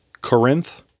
corinth